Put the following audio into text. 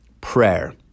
Prayer